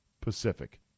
Pacific